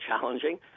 challenging